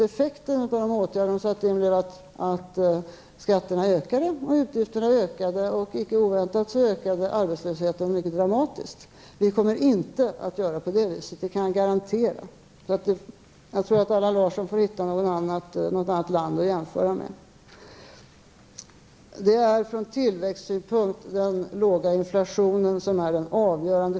Effekten av de åtgärder man satte in blev att skatterna och utgifterna ökade, och inte oväntat ökade arbetslösheten mycket dramatiskt. Vi kommer inte att göra på det viset, det kan jag garantera. Jag tror att Allan Larsson får hitta något annat land att jämföra med. Den avgörande faktorn från tillväxtsynpunkt är den låga inflationen.